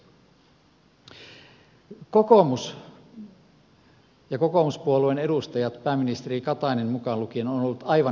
kokoomus ja kokoomuspuolueen edustajat pääministeri katainen mukaan lukien ovat olleet aivan hiljaa tänään